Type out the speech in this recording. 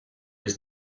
his